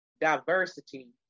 diversity